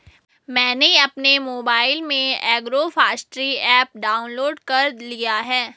मैंने अपने मोबाइल में एग्रोफॉसट्री ऐप डाउनलोड कर लिया है